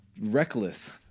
reckless